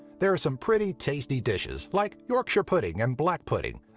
there are some pretty tasty dishes, like yorkshire pudding and black pudding,